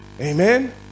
Amen